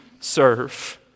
serve